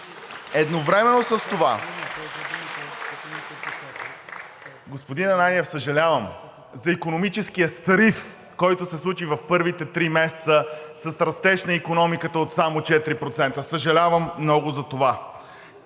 Едновременно с това, господин Ананиев, съжалявам за икономическия срив, който се случи в първите три месеца с растеж на икономиката от само 4%, съжалявам много за това!